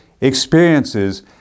experiences